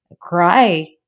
cry